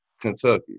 Kentucky